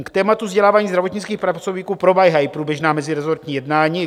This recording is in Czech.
K tématu vzdělávání zdravotnických pracovníků probíhají průběžná meziresortní jednání.